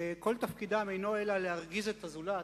שכל תפקידם אינו אלא להרגיז את הזולת,